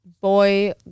boy